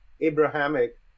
abrahamic